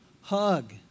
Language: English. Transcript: hug